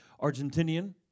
Argentinian